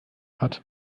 hat